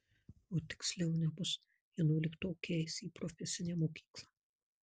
o tiksliau nebus vienuoliktokė eis į profesinę mokyklą